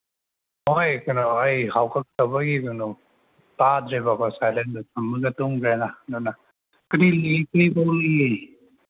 ꯍꯣꯏ ꯀꯩꯅꯣ ꯑꯩ ꯀꯩꯅꯣ ꯇꯥꯗ꯭ꯔꯦꯕꯀꯣ ꯁꯥꯏꯂꯦꯟꯗ ꯊꯝꯃꯒ ꯇꯨꯝꯈ꯭ꯔꯦꯅ ꯑꯗꯨꯅ ꯀꯔꯤ ꯂꯩꯒꯦ